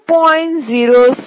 06 P